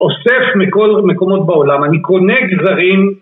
‫אוסף מכל מקומות בעולם. ‫אני קונה גזרים...